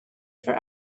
for